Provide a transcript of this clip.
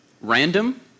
random